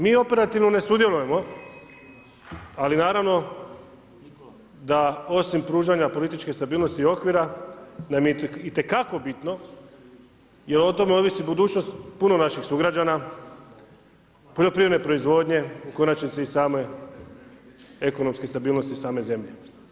Mi operativno ne sudjelujemo, ali naravno da osim pružanja političke stabilnosti i okvira nam je itekako bitno, jer o tome ovisi budućnost puno naših sugrađana, poljoprivredne proizvodnje, u konačnici i same ekonomske stabilnosti same zemlje.